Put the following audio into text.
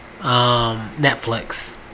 Netflix